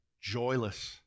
joyless